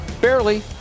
barely